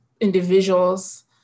individuals